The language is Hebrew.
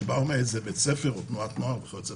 שבאו מבית ספר או מתנועת נוער.